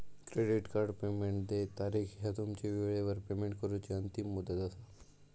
credit card payment देय तारीख ह्या तुमची वेळेवर पेमेंट करूची अंतिम मुदत असा